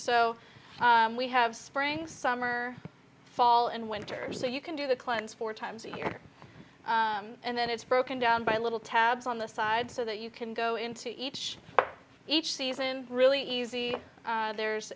so we have spring summer fall and winter so you can do the cleanse four times a year and then it's broken down by little tabs on the side so that you can go into each each season really easy there's